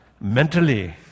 mentally